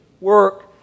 work